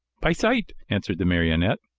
by sight! answered the marionette.